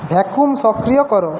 vacuum সক্রিয় করো